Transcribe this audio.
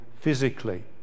physically